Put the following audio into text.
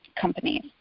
companies